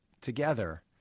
together